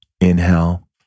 Inhale